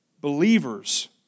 believers